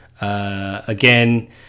Again